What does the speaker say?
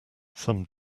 some